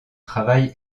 travail